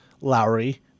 Lowry